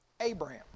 Abraham